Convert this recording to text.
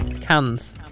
Cans